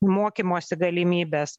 mokymosi galimybes